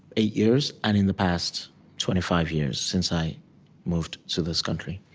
eight years and in the past twenty five years since i moved to this country.